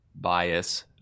bias